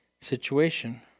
situation